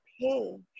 pain